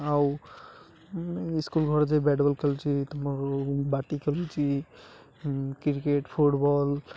ଆଉ ସ୍କୁଲ ଘର ଯାଇ ବ୍ୟାଟ ବଲ ଖେଲୁଛି ତୁମର ବାଟି ଖେଲୁଛି କ୍ରିକେଟ ଫୁଟବଲ୍